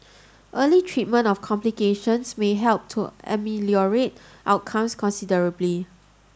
early treatment of complications may help to ameliorate outcomes considerably